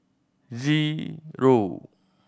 zero